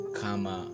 kama